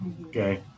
Okay